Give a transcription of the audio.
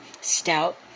stout